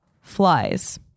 flies